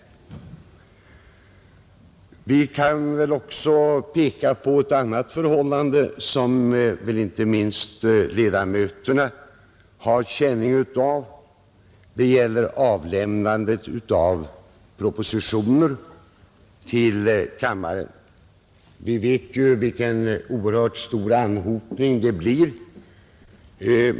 Jag kan även peka på ett förhållande som inte minst riksdagsledamöterna har känning av, nämligen avlämnandet av propositioner till kammaren. Vi vet ju vilken oerhört stor anhopning det blir.